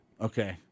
Okay